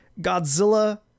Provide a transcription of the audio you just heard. Godzilla